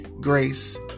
grace